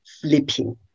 flipping